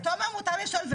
לתומר מותר לשאול ולי לא?